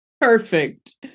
Perfect